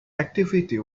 activity